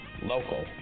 local